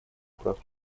прав